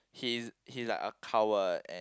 he is he is like a coward and